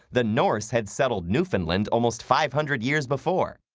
the norse had settled newfoundland almost five hundred years before.